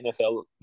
NFL